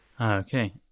okay